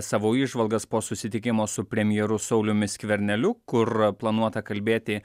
savo įžvalgas po susitikimo su premjeru sauliumi skverneliu kur planuota kalbėti